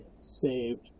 saved